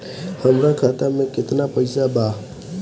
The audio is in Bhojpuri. हमरा खाता में केतना पइसा बा?